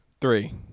three